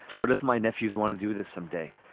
what if my nephews want to do this some day?